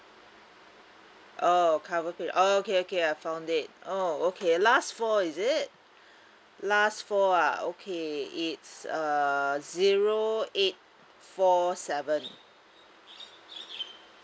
oh cover page okay okay I found it oh okay last four is it last four ah okay it's err zero eight four seven